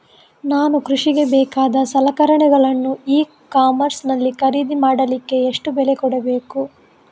ನಾನು ಕೃಷಿಗೆ ಬೇಕಾದ ಸಲಕರಣೆಗಳನ್ನು ಇ ಕಾಮರ್ಸ್ ನಲ್ಲಿ ಖರೀದಿ ಮಾಡಲಿಕ್ಕೆ ಎಷ್ಟು ಬೆಲೆ ಕೊಡಬೇಕು?